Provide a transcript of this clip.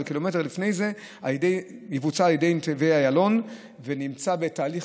אבל קילומטר לפני זה תבוצע על ידי נתיבי איילון ונמצאת בתהליך